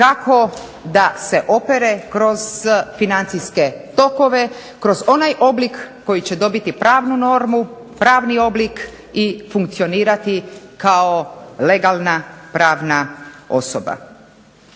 kako da se opere kroz financijske tokove, kroz onaj oblik koji će dobiti pravnu normu, pravni oblik i funkcionirati kao legalna pravna osoba.